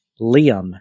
Liam